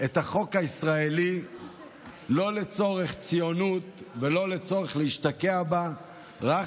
את החוק הישראלי שלא לצורך ציונות ולא כדי להשתקע בארץ,